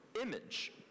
image